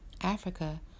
Africa